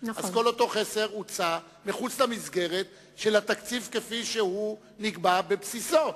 הוצא מחוץ למסגרת של התקציב כפי שהוא נקבע בבסיסו.